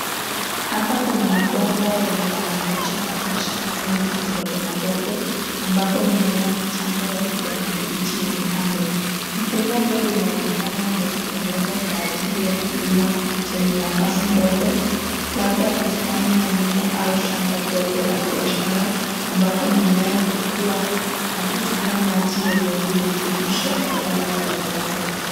Hapa kuna mabomba yenye yamepachikwa mashimo mengi madogo madogo, ambapo mimea michanga ya kijani kibichi imepandwa. Mfumo huu unaonekana umetengenezwa kwa ajili ya kilimo chenye nafasi ndogo, labda bustani ya nyumba au shamba dogo la biashara ambapo mimea hukuwa na kutumia maji yenye virutubisho badala ya udongo.